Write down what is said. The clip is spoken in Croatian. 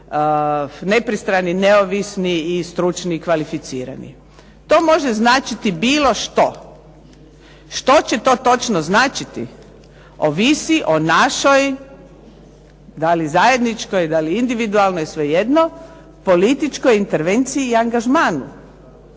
nepristrani, neovisni i stručni, kvalificirani. To može značiti bilo što. Što će to točno značiti ovisi o našoj da li zajedničkoj, da li individualnoj, svejedno, političkoj intervenciji i angažmanu.